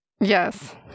Yes